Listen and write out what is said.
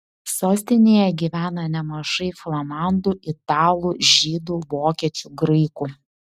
sostinėje gyvena nemažai flamandų italų žydų vokiečių graikų